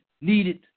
needed